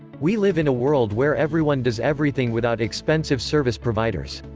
we live in a world where everyone does everything without expensive service providers.